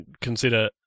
consider